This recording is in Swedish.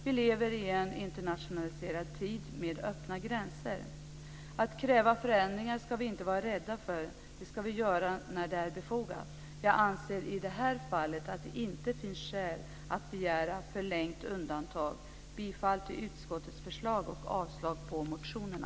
Vi lever i en internationaliserad tid, med öppna gränser. Att kräva förändringar är något som vi inte ska vara rädda för, utan det ska vi göra när det är befogat men i det här fallet anser jag att det inte finns skäl att begära fortsatt undantag. Jag yrkar bifall till hemställan i betänkandet och avslag på motionerna.